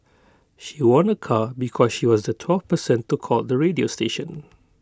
she won A car because she was the twelfth person to call the radio station